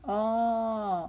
oh